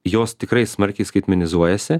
jos tikrai smarkiai skaitmenizuojasi